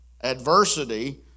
adversity